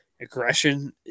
Aggression